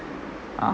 uh